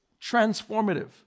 transformative